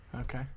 Okay